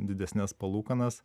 didesnes palūkanas